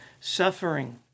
suffering